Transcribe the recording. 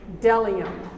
delium